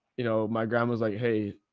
you know, my grandma's like, hey,